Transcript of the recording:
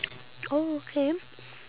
oh okay